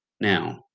Now